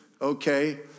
okay